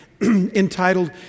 entitled